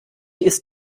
ist